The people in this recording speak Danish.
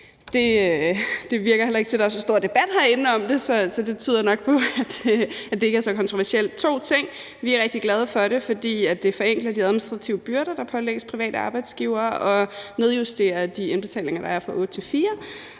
Det virker heller ikke til, at der er så stor debat herinde om det, så det tyder nok på, at det ikke er så kontroversielt. Jeg vil nævne to ting: Vi er rigtig glade for det, fordi det forenkler de administrative byrder, der pålægges private arbejdsgivere, og nedjusterer de indbetalinger, der er, fra otte